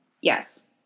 Yes